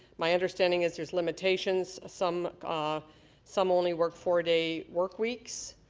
my understanding is there's limitations some ah some only work four day work weeks.